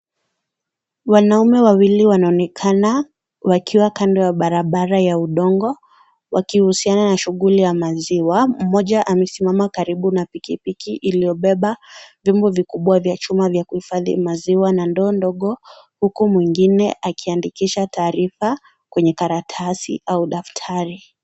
Wanawake wawili wanaonekana wakiwa kando ya barabara ya udongo wakihusiana na shughuli ya maziwa. Mmoja amesimama karibu na pikipiki iliyobeba vyombo vikubwa vya chuma vya kuhifadhi maziwa na ndoo ndogo, huku mwingine akiandikisha taarifa kwenye karatasi au daftari.